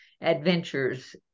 adventures